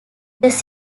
this